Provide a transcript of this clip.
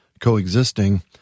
coexisting